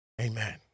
Amen